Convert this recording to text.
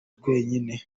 twenyine